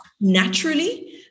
naturally